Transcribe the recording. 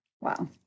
Wow